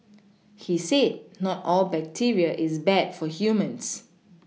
he said not all bacteria is bad for humans